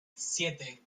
siete